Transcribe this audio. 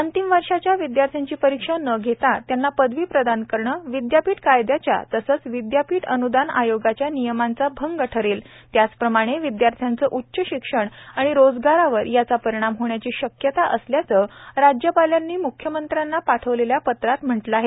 अंतिम वर्षाच्या विद्यार्थ्यांची परीक्षा न घेता त्यांना पदवी प्रदान करणं विद्यापीठ कायद्याचा तसंच विद्यापीठ अन्दान आयोगाच्या नियमांचा भंग ठरेल त्याचप्रमाणे विद्यार्थ्यांचं उच्च शिक्षण आणि रोजगारावर याचा परिणाम होण्याची शक्यता असल्याचं राज्यपालांनी म्ख्यमंत्र्यांना पाठवलेल्या पत्रात म्हटलं आहे